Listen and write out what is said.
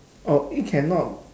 oh it cannot